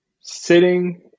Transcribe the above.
sitting